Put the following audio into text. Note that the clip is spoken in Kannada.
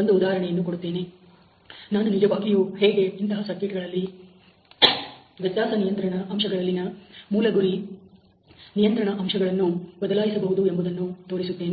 ಒಂದು ಉದಾಹರಣೆಯನ್ನು ಕೊಡುತ್ತೇನೆ ಮತ್ತು ನಾನು ನಿಜವಾಗಿಯೂ ಹೇಗೆ ಇಂತಹ ಸರ್ಕಿಟ್ ಗಳಲ್ಲಿ ವ್ಯತ್ಯಾಸ ನಿಯಂತ್ರಣ ಅಂಶಗಳಲ್ಲಿನ ಮೂಲ ಗುರಿ ನಿಯಂತ್ರಣ ಅಂಶಗಳನ್ನು ಬದಲಾಯಿಸಬಹುದು ಎಂಬುದನ್ನು ತೋರಿಸುತ್ತೇನೆ